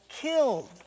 killed